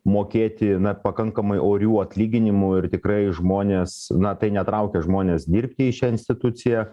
mokėti na pakankamai orių atlyginimų ir tikrai žmonės na tai netraukia žmones dirbti į šią instituciją